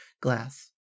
glass